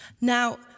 Now